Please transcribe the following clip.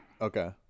Okay